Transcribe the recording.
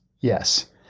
Yes